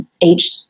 age